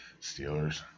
Steelers